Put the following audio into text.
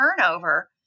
turnover